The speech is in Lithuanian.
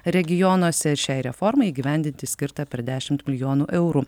regionuose šiai reformai įgyvendinti skirta per dešim milijonų eurų